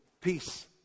peace